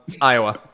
Iowa